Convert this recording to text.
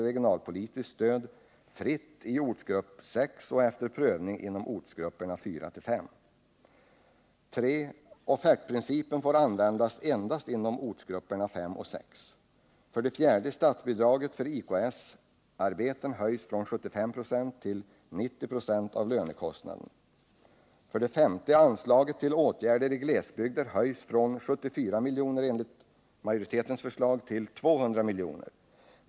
Anslaget till åtgärder i glesbygder höjs från 74 miljoner, enligt majoritetens förslag, till 200 miljoner.